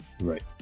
Right